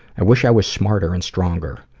i wish i was smarter and stronger.